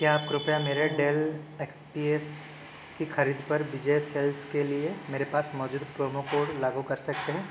क्या आप कृपया मेरे डेल एक्स पी एस की ख़रीद पर विजय सेल्स के लिए मेरे पास मौजूद प्रोमो कोड लागू कर सकते हैं